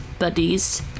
buddies